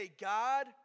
God